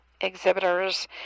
exhibitors